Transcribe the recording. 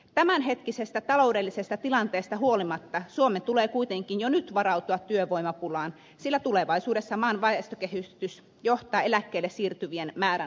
tämänhetkisestä taloudellisesta tilanteesta huolimatta suomen tulee kuitenkin jo nyt varautua työvoimapulaan sillä tulevaisuudessa maan väestökehitys johtaa eläkkeelle siirtyvien määrän huomattavaan kasvuun